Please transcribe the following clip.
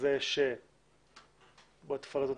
תפרט אותה.